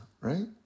right